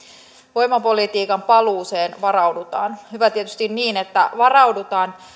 voimapolitiikan paluuseen varaudutaan hyvä tietysti niin että varaudutaan